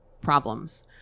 problems